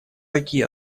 такие